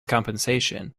compensation